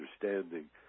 understanding